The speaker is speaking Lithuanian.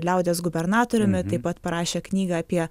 liaudies gubernatoriumi taip pat parašė knygą apie